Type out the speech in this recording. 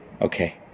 Okay